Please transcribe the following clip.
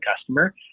customer